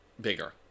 bigger